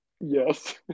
Yes